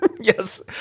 Yes